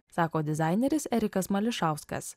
sako dizaineris erikas mališauskas